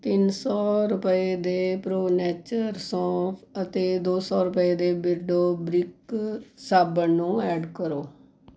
ਤਿੰਨ ਸੌ ਰੁਪਏ ਦੇ ਪ੍ਰੋ ਨੇਚਰ ਸੌਂਫ ਅਤੇ ਦੋ ਸੌ ਰੁਪਏ ਦੇ ਬਿਰਡੋ ਬ੍ਰਿਕ ਸਾਬਣ ਨੂੰ ਐਡ ਕਰੋ